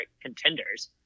contenders